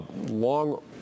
long